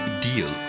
deal